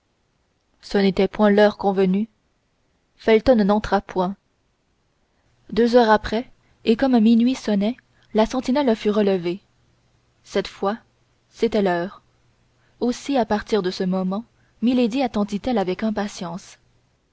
ce n'était point l'heure convenue felton n'entra point deux heures après et comme minuit sonnait la sentinelle fut relevée cette fois c'était l'heure aussi à partir de ce moment milady attendit elle avec impatience